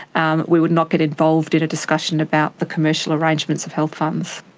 um we would not get involved in a discussion about the commercial arrangements of health funds.